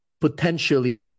potentially